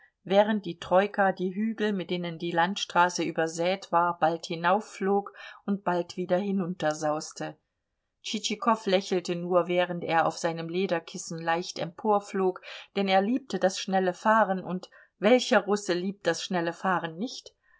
während die troika die hügel mit denen die landstraße übersät war bald hinaufflog und bald wieder hinuntersauste tschitschikow lächelte nur während er auf seinem lederkissen leicht emporflog denn er liebte das schnelle fahren und welcher russe liebt das schnelle fahren nicht